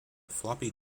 floppy